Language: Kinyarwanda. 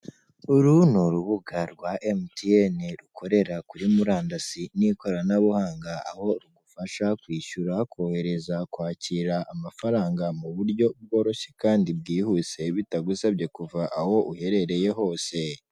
Uru ni urubuga rwa emutiyeni rukorera kuri murandasi n'ikoranabuhanga, aho rugufasha kwishyura, kohereza, kwakira amafaranga mu buryo bworoshye, kandi bwihuse, bitagusabye kuva aho uherereye hose.